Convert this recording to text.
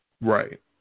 Right